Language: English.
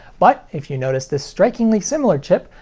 but if you noticed this strikingly similar chip,